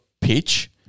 pitch